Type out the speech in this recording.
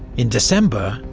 in december,